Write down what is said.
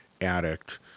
addict